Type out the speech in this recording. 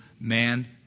man